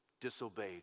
disobeyed